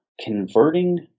converting